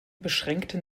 beschränkten